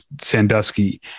Sandusky